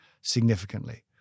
significantly